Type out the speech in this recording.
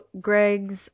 Greg's